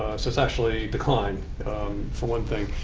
so it's actually declined for one thing.